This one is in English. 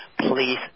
please